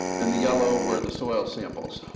and the yellow were the soil samples.